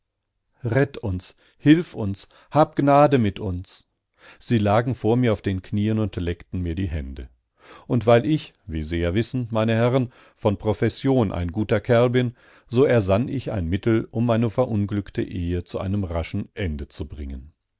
uns hilf uns hab gnade mit uns sie lagen vor mir auf den knien und leckten mir die hände und weil ich wie sie ja wissen meine herren von profession ein guter kerl bin so ersann ich ein mittel um meine verunglückte ehe zu einem raschen ende zu bringen